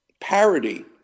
parody